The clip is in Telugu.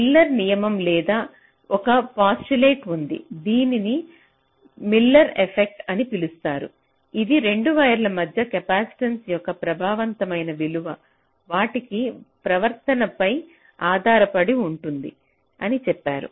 మిల్లెర్ నియమం లేదా ఒక పోస్టులేట్ ఉంది దీనిని మిల్లెర్ ఎఫెక్ట్ అని పిలుస్తారు ఇది 2 వైర్ల మధ్య కెపాసిటెన్స యొక్క ప్రభావవంతమైన విలువ వాటి ప్రవర్తనపై ఆధారపడి ఉంటుందని చెప్పారు